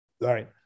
right